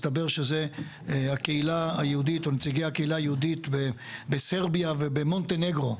מסתבר שזה נציגי הקהילה היהודית בסרביה ובמונטנגרו,